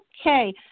Okay